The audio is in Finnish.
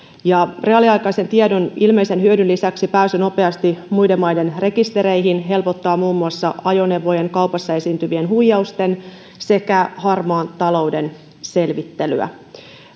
reaaliaikaisen tiedon ilmeisen hyödyn lisäksi pääsy nopeasti muiden maiden rekistereihin helpottaa muun muassa ajoneuvojen kaupassa esiintyvien huijausten sekä harmaan talouden selvittelyä